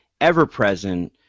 ever-present